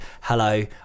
hello